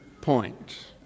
point